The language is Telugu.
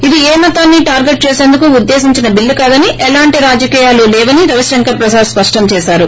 ఇది ఏ మతాన్ని టార్గెట్ చేసేందుకు ఉద్దేశించిన చిల్లు కాదని ఎలాంటి రాజకీయాలు లేవని రవిశంకర ప్రసాద్ స్పష్టం చేశారు